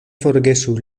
forgesu